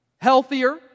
healthier